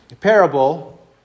parable